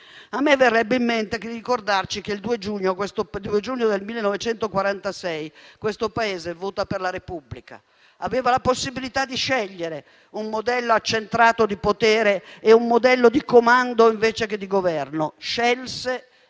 A me verrebbe in mente di ricordarci che il 2 giugno del 1946 questo Paese ha votato per la Repubblica. Aveva la possibilità di scegliere un modello accentrato di potere e un modello di comando, invece che di governo. Scelse